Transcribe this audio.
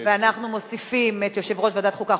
ואנחנו מוסיפים את יושב-ראש ועדת החוקה,